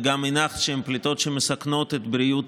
וגם הנחת שהן פליטות שמסכנות את בריאות